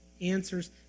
answers